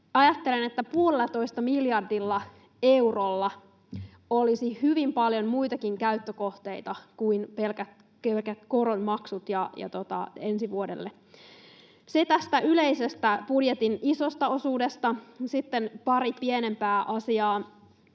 Ajattelen, että puolellatoista miljardilla eurolla olisi hyvin paljon muitakin käyttökohteita kuin pelkät koronmaksut ensi vuodelle. Se tästä yleisestä budjetin isosta osuudesta. Sitten pari pienempää asiaa.